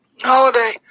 holiday